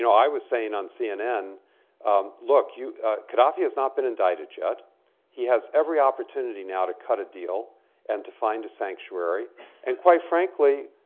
you know i was saying on cnn look, you gadhafi has not been indicted yet he has every opportunity now to cut a deal and to find a sanctuary and quite frankly,